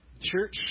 Church